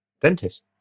Dentist